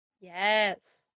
Yes